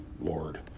Lord